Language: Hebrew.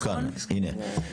רשום כאן, הנה.